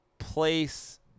place